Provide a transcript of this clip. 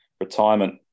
retirement